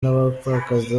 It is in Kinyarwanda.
n’abapfakazi